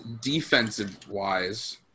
defensive-wise